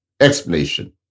explanation